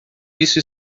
isso